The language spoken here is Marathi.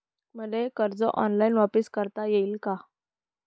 मले कर्ज ऑनलाईन वापिस करता येईन का?